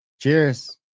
Cheers